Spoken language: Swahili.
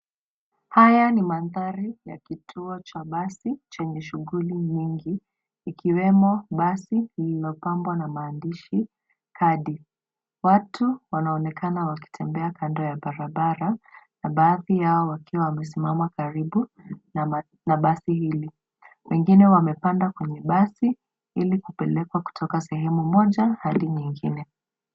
Haya ni mandhari ya kituo cha basi chenye shughuli nyingi ikiwemo basi lililopambwa na maandishi hadi. Watu wanaonekana wakitembea kando ya barabara na baadhi yao wakiwa wamesimama karibu na basi hili. Wengine wamepanda kwenye basi ili kupelekwa kutoka sehemu moja hadi nyingine.